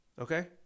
Okay